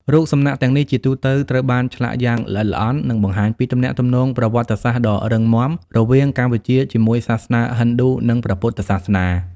រូបសំណាកទាំងនេះជាទូទៅត្រូវបានឆ្លាក់យ៉ាងល្អិតល្អន់ និងបង្ហាញពីទំនាក់ទំនងប្រវត្តិសាស្ត្រដ៏រឹងមាំរវាងកម្ពុជាជាមួយសាសនាហិណ្ឌូ និងព្រះពុទ្ធសាសនា។